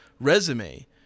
resume